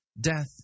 Death